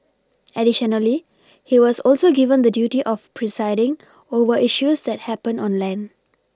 additionally he was also given the duty of presiding over issues that happen on land